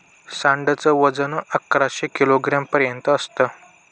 सांड च वजन अकराशे किलोग्राम पर्यंत असत